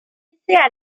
pertenece